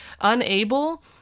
Unable